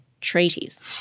treaties